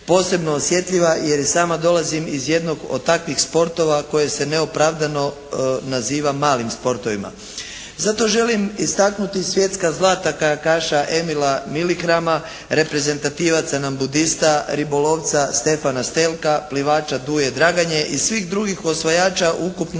posebno osjetljiva jer i sama dolazim iz jednog od takvih sportova koje se neopravdano naziva malim sportovima. Zato želim istaknuti svjetska zlata kajakaša Emila Milihrama, reprezentativaca nambudista, ribolovca Stefana Stevka, plivača Duje Draganje i svih drugih osvajača ukupno